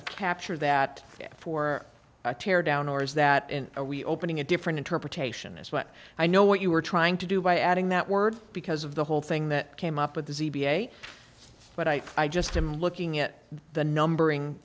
of capture that for a tear down or is that and are we opening a different interpretation is what i know what you were trying to do by adding that word because of the whole thing that came up with the z b a but i i just i'm looking at the numbering